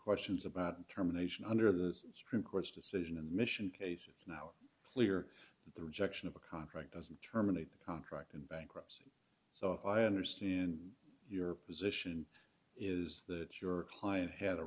questions about determination under the supreme court's decision and mission case it's now clear that the rejection of a contract doesn't terminate the contract in bankruptcy so if i understand your position is that your client had a